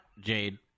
Jade